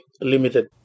limited